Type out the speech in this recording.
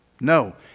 No